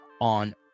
on